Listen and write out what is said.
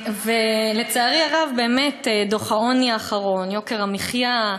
לצערי הרב, באמת דוח העוני האחרון, יוקר המחיה,